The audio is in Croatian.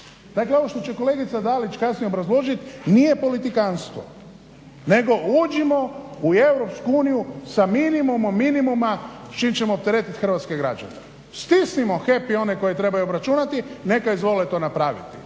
Dakle ovo što će kolegica Dalić kasnije obrazložiti nije politikanstvo nego uđimo u EU sa minimum, minimuma s čim ćemo opteretiti hrvatske građane. Stisnimo HEP i one koji trebaju obračunati neka izvole to napraviti,